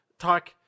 talk